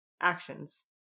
actions